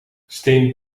steen